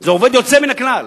זה עובד יוצא מן הכלל,